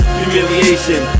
humiliation